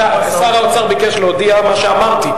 שר האוצר ביקש להודיע מה שאמרתי,